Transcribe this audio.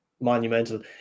monumental